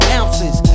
ounces